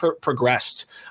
progressed